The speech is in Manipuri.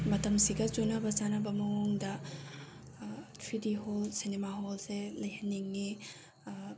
ꯃꯇꯝꯁꯤꯒ ꯆꯨꯅꯕ ꯆꯥꯅꯕ ꯃꯑꯣꯡꯗ ꯊ꯭ꯔꯤ ꯗꯤ ꯍꯣꯜ ꯁꯤꯅꯤꯃꯥ ꯍꯣꯜꯁꯦ ꯂꯩꯍꯟꯅꯤꯡꯏ